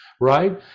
right